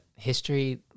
history